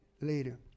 later